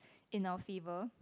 in our favour